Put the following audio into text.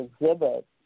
exhibit